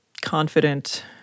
confident